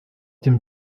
dem